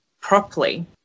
properly